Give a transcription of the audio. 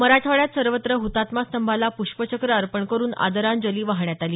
मराठवाड्यात सर्वत्र हुतात्मा स्तंभाला प्ष्पचक्र अर्पण करून आदरांजली वाहण्यात आली